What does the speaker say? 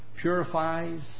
purifies